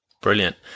Brilliant